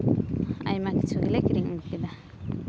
ᱟᱭᱢᱟ ᱠᱤᱪᱷᱩ ᱜᱮᱞᱮ ᱠᱤᱨᱤᱧ ᱟᱹᱜᱩ ᱠᱮᱫᱟ